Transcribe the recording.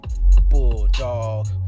Bulldog